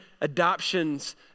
adoptions